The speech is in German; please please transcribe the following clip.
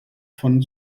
von